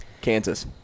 Kansas